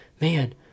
man